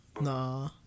Nah